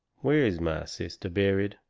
where is my sister buried?